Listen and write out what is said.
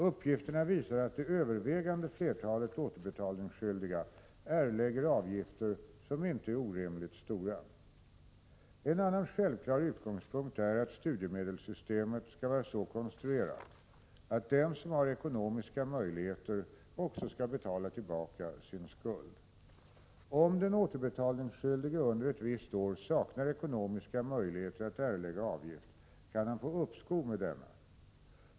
Uppgifterna visar att det övervägande flertalet återbetalningsskyldiga erlägger avgifter som inte är orimligt stora. En anna självklar utgångspunkt är att studiemedelssystemet skall vara så konstruerat att den som har ekonomiska möjligheter också skall betala tillbaka sin skuld. Om den återbetalningsskyldige under ett visst år saknar ekonomiska möjligheter att erlägga avgift kan han få uppskov med denna.